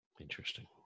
Interesting